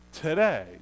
today